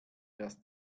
das